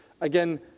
Again